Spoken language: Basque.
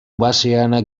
basean